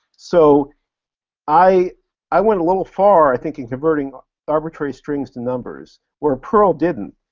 so i i went a little far, i think, in converting arbitrary strings to numbers, where perl didn't,